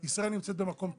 ישראל נמצאת במקום טוב.